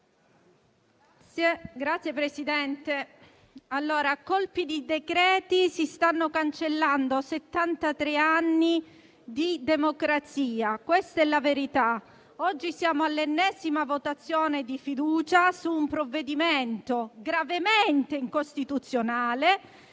Signor Presidente, a colpi di decreti si stanno cancellando settantatré anni di democrazia. Questa è la verità. Oggi siamo all'ennesima votazione di fiducia su un provvedimento gravemente incostituzionale,